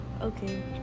okay